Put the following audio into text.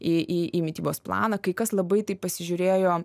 į į į mitybos planą kai kas labai taip pasižiūrėjo